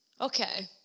Okay